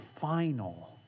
final